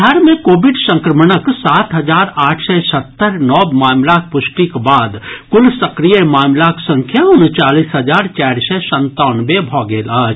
बिहार मे कोविड संक्रमणक सात हजार आठ सय सत्तरि नव मामिलाक पुष्टिक बाद कुल सक्रिय मामिलाक संख्या उनचालीस हजार चारि सय सन्तानवे भऽ गेल अछि